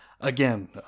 again